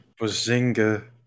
Bazinga